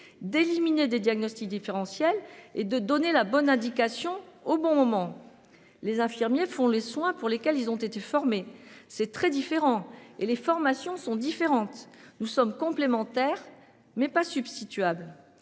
d'éliminer des diagnostics différentiels et de donner la bonne indication au bon moment. Les infirmiers font les soins pour lesquels ils ont été formés. C'est très différent et les formations sont différentes, nous sommes complémentaires. Mais pas substituables